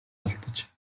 алдаж